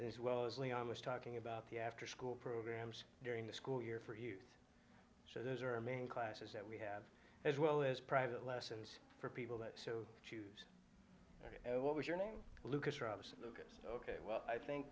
as well as leon was talking about the after school programs during the school year for youth so those are main classes that we have as well as private lessons for people that so you know what was your name lucas ramos ok well i think